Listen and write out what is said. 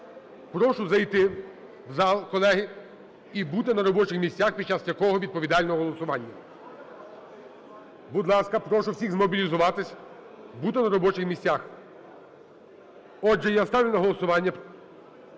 Прошу зайти в зал, колеги, і бути на робочих місцях під час такого відповідального голосування. Будь ласка, прошу всіх змобілізуватись, бути на робочих місцях. Отже, я ставлю на голосування